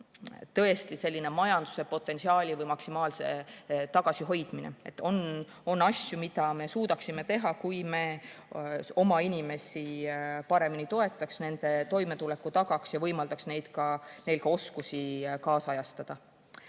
ja majanduse potentsiaali või maksimaalse potentsiaali tagasihoidmine. On asju, mida me suudaks teha, kui me oma inimesi paremini toetaks, nende toimetuleku tagaks ja võimaldaks neil oma oskusi kaasajastada.